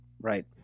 Right